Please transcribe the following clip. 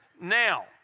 Now